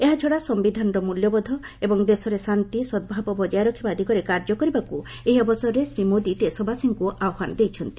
ଏହାଛଡ଼ା ସମ୍ଭିଧାନର ମ୍ମଲ୍ୟବୋଧ ଏବଂ ଦେଶରେ ଶାନ୍ତି ସଦ୍ଭାବ ବଜାୟ ରଖିବା ଦିଗରେ କାର୍ଯ୍ୟ କରିବାକୁ ଏହି ଅବସରରେ ଶ୍ରୀ ମୋଦି ଦେଶବାସୀଙ୍କୁ ଆହ୍ୱାନ ଦେଇଛନ୍ତି